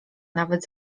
nawet